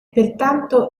pertanto